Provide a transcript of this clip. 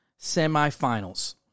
semifinals